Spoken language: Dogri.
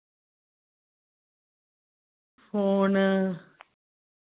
फोन